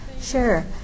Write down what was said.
sure